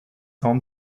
own